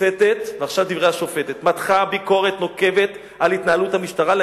ועכשיו דברי השופטת: השופטת מתחה ביקורת נוקבת על התנהלות המשטרה.